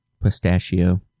pistachio